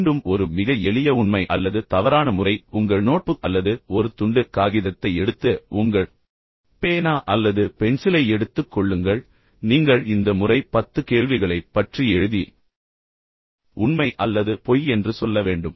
மீண்டும் ஒரு மிக எளிய உண்மை அல்லது தவறான முறை உங்கள் நோட்புக் அல்லது ஒரு துண்டு காகிதத்தை எடுத்து உங்கள் பேனா அல்லது பென்சிலை நீங்கள் விரும்புவதை எடுத்துக் கொள்ளுங்கள் பின்னர் நீங்கள் இந்த முறை பத்து கேள்விகளைப் பற்றி எழுதி உண்மை அல்லது பொய் என்று சொல்ல வேண்டும்